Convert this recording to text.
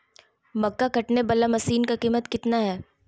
मक्का कटने बाला मसीन का कीमत कितना है?